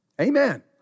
Amen